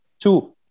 two